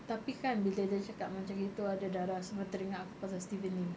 tapi kan bila dia cakap macam gitu ada darah semua teringat aku pasal steven lim